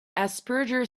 asperger